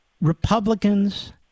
Republicans